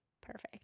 Perfect